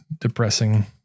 depressing